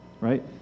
Right